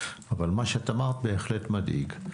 אבל מה שאת אמרת בהחלט מדאיג.